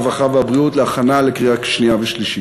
הרווחה והבריאות להכנה לקריאה שנייה ושלישית.